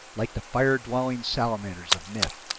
like the fire-dwelling salamanders of myth.